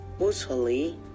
Usually